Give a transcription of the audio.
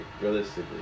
Realistically